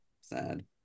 Sad